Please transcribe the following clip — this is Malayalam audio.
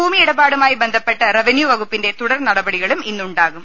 ഭൂമിയിടപാടുമായി ബന്ധപ്പെട്ട് റവന്യൂ വകുപ്പിന്റെ തുടർനടപടികളും ഇന്നുണ്ടാകും